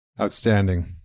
Outstanding